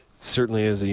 certainly is a